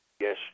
Yes